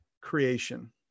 creation